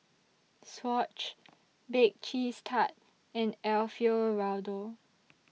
Swatch Bake Cheese Tart and Alfio Raldo